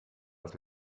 das